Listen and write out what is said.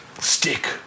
Stick